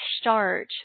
start